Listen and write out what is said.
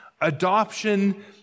adoption